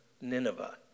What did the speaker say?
Nineveh